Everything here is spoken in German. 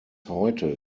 heute